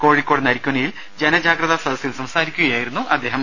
കോഴിക്കോട് നരിക്കുനിയിൽ ജനജാഗ്രതാ സദസ്സിൽ സംസാരിക്കുക യായിരുന്നു അദ്ദേഹം